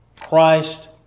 Christ